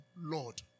Lord